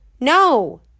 No